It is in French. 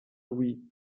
louis